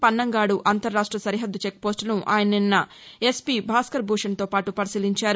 పన్నంగాడు అంతరాష్ట సరిహద్దు చెక్పోస్టును ఆయన నిన్న ఎస్పీ భాస్కర్ భూషణ్తో పాటు పరిశీలించారు